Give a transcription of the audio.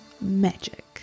magic